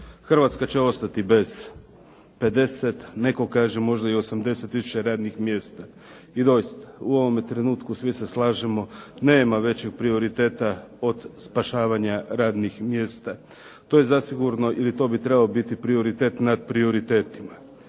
Hrvatska će ostati bez 50, netko kaže možda i 80 tisuća radnih mjesta. I doista, u ovome trenutku svi se slažemo, nema većeg prioriteta od spašavanja radnih mjesta. To je zasigurno ili to bi trebao biti prioritet nad prioritetima.